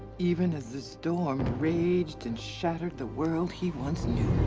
even as the storm raged and shattered the world he once knew.